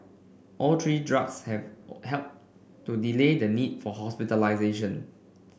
all three drugs have helped to delay the need for hospitalisation